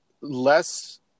less